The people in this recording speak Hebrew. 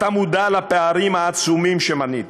אתה מודע לפערים העצומים שמניתי,